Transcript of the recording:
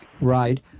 Right